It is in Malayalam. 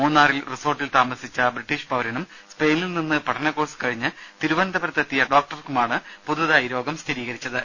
മൂന്നാറിൽ റിസോർട്ടിൽ താമസിച്ച ബ്രിട്ടീഷ് പൌരനും സ്പെയിനിൽ നിന്ന് പഠനകോഴ്സ് കഴിഞ്ഞ് തിരുവനന്തപുരത്തെത്തിയ ഡോക്ടർക്കുമാണ് പുതുതായി രോഗം സ്ഥിരീകരിച്ചത്